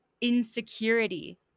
insecurity